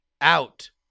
Out